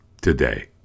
today